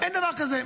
אין דבר כזה.